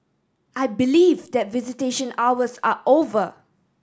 I believe that visitation hours are over